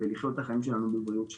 ולחיות את החיים שלנו בבריאות שלמה.